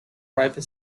private